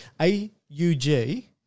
A-U-G